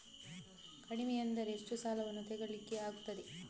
ಕಡಿಮೆ ಅಂದರೆ ಎಷ್ಟು ಸಾಲವನ್ನು ತೆಗಿಲಿಕ್ಕೆ ಆಗ್ತದೆ?